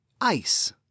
ice